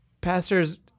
pastors